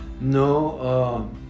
No